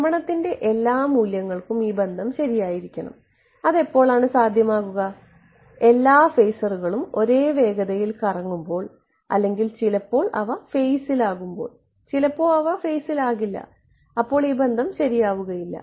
ഭ്രമണത്തിന്റെ എല്ലാ മൂല്യങ്ങൾക്കും ഈ ബന്ധം ശരിയായിരിക്കണം അത് എപ്പോൾ സാധ്യമാകും എല്ലാ ഫേസറുഅവകളും ഒരേ വേഗതയിൽ കറങ്ങുമ്പോൾ അല്ലെങ്കിൽ ചിലപ്പോൾ അവ ഫേസിലാകും ചിലപ്പോൾ അവ ഫേലാകില്ല അപ്പോൾ ഈ ബന്ധം ശരിയാവുകയില്ല